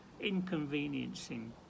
inconveniencing